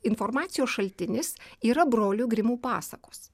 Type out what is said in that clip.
informacijos šaltinis yra brolių grimų pasakos